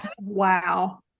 Wow